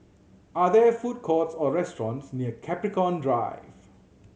are there food courts or restaurants near Capricorn Drive